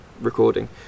recording